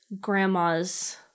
grandma's